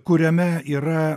kuriame yra